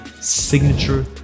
signature